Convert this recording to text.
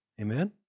Amen